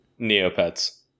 Neopets